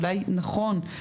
אולי נכון,